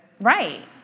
Right